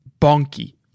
Bonky